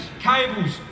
cables